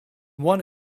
one